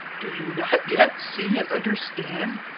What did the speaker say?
do you not yet see and understand?